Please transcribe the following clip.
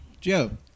Joe